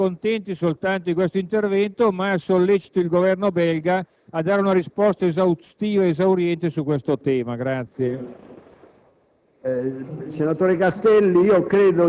che il Governo italiano non si accontenti soltanto di questo intervento, ma solleciti il Governo belga a dare una risposta esaustiva ed esauriente